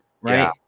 right